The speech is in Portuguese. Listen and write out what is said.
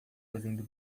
fazendo